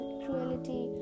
cruelty